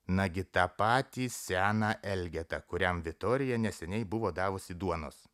nagi tą patį seną elgetą kuriam vitorija neseniai buvo davusi duonos